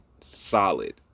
solid